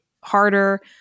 harder